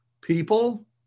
people